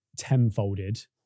tenfolded